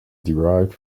derived